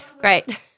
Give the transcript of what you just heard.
Great